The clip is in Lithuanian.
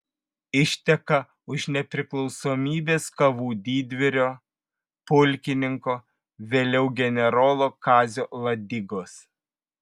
išteka už nepriklausomybės kovų didvyrio pulkininko vėliau generolo kazio ladigos